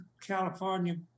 California